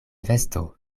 vesto